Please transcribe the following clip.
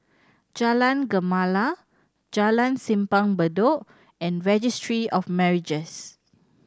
Jalan Gemala Jalan Simpang Bedok and Registry of Marriages